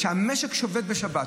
שהמשק שובת בשבת,